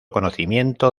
conocimiento